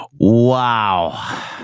Wow